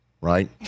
right